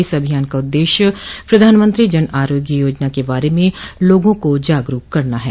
इस अभियान का उद्देश्य प्रधानमंत्री जन आरोग्य योजना के बारे में लोगों को जागरुक करना है